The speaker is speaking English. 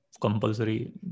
compulsory